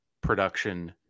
production